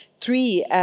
three